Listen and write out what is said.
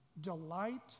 Delight